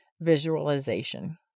visualization